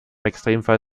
extremfall